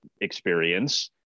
experience